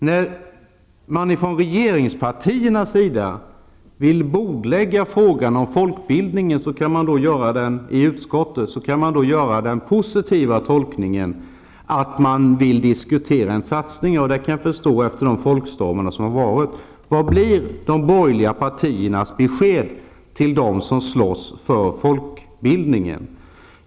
När regeringspartierna vill att frågan om folkbildningen skall bordläggas, kan man göra den positiva tolkningen att man vill diskutera en satsning, vilket jag kan förstå efter de folkstormar som har varit. Vad blir då de borgerliga partiernas besked till dem som slåss för folkbildningen?